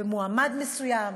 במועמד מסוים,